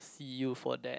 see you for that